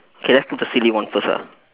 K let's do the silly one first ah